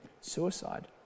suicide